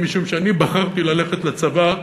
משום שאני בחרתי ללכת לצבא,